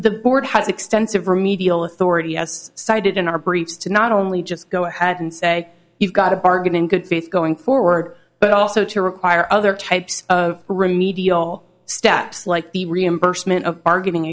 the board has extensive remedial authority has cited in our brain to not only just go ahead and say you've got a bargain in good faith going forward but also to require other types of remedial steps like the reimbursement of bargaining